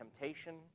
temptation